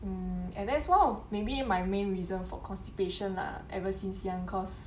mm and that's one of maybe my main reason for constipation ah ever since young cause